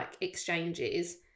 exchanges